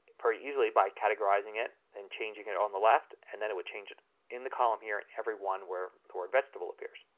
very easily by categorizing it and changing it on the left and then it would change it in the column here and everyone where the word vegetable appears.